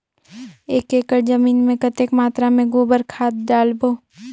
एक एकड़ जमीन मे कतेक मात्रा मे गोबर खाद डालबो?